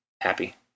happy